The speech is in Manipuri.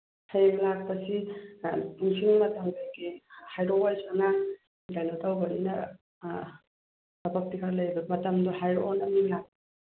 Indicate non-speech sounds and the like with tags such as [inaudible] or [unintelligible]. ꯍꯌꯦꯡ ꯂꯥꯛꯄꯁꯤ ꯄꯨꯡꯁꯤꯡ ꯃꯇꯝ ꯀꯩꯀꯩ ꯍꯥꯏꯔꯛꯑꯣ ꯑꯩꯁꯨ ꯑꯉꯥꯡ ꯀꯩꯅꯣ ꯇꯧꯕꯅꯤꯅ ꯊꯕꯛꯇꯤ ꯈꯔ ꯂꯩꯌꯦꯕ ꯃꯇꯝꯗꯣ ꯍꯥꯏꯔꯛꯑꯣ ꯅꯪꯅ [unintelligible]